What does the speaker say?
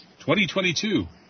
2022